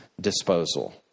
disposal